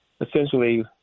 essentially